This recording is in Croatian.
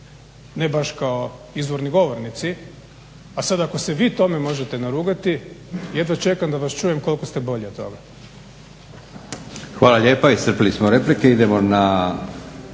ne baš kao izvorni govornici, a sad ako se vi tome možete narugati jedva čekam da vas čujem koliko ste bolji od toga.